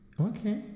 Okay